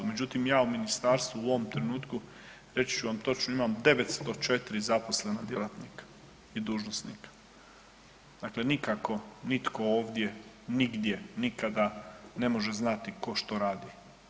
Međutim, ja u ministarstvu u ovom trenutku, reći ću vam točno, imam 904 zaposlena djelatnika i dužnosnika, dakle nikako nitko ovdje nigdje nikada ne može znati ko što radi.